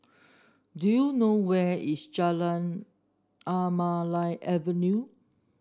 do you know where is Anamalai Avenue